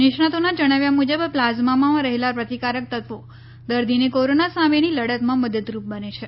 નિષ્ણાંતોના જણાવ્યા મુજબ પ્લાઝમામાં રહેલા પ્રતિકારક તત્વો દર્દીને કોરોના સામેની લડતમાં મદદરૂપ બને છે